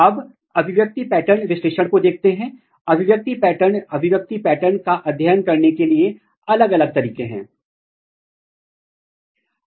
यदि आप plethora1 को म्यूट करते हैं तो ये plethora1 के दो अलग अलग म्युटेंट हैं आपको जड़ वृद्धि में कोई महत्वपूर्ण दोष नहीं दिखता है